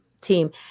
team